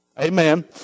Amen